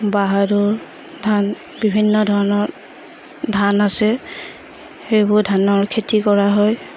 বাহাদুৰ ধান বিভিন্ন ধৰণৰ ধান আছে সেইবোৰ ধানৰ খেতি কৰা হয়